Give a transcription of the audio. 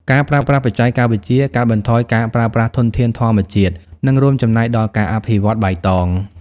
ការប្រើប្រាស់បច្ចេកវិទ្យាកាត់បន្ថយការប្រើប្រាស់ធនធានធម្មជាតិ និងរួមចំណែកដល់ការអភិវឌ្ឍបៃតង។